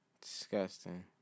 Disgusting